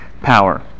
power